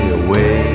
away